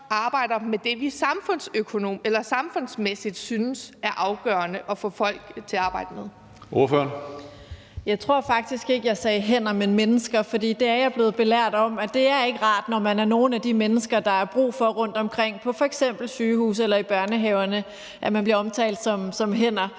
Tredje næstformand (Karsten Hønge): Ordføreren. Kl. 15:14 Samira Nawa (RV): Jeg tror faktisk ikke, jeg sagde »hænder«, men »mennesker« , for jeg er blevet belært om, at det ikke er rart, når man er nogle af de mennesker, der er brug for rundtomkring på f.eks. sygehusene eller i børnehaverne, at man bliver omtalt som »hænder«.